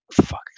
fuck